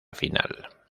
final